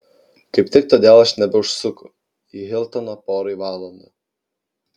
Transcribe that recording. kaip tik todėl aš nebeužsuku į hiltoną porai valandų